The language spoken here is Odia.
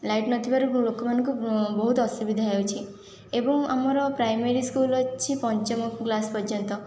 ଲାଇଟ୍ ନଥିବାରୁ ଲୋକମାନଙ୍କୁ ବହୁତ ଅସୁବିଧା ହେଉଛି ଏବଂ ଆମର ପ୍ରାଇମେରୀ ସ୍କୁଲ ଅଛି ପଞ୍ଚମ କ୍ଲାସ ପର୍ଯ୍ୟନ୍ତ